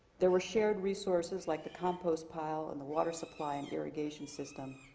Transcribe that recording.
there were shared resources like the compost pile, and the water supply, and irrigation system.